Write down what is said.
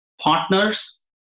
partners